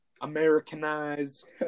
Americanized